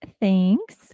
thanks